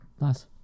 Nice